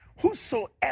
Whosoever